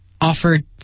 offered